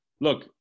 Look